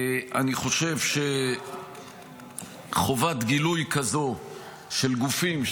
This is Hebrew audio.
אני חושב שחובת גילוי כזו של גופים,